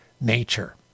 nature